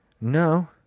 No